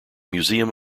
museum